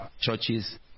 churches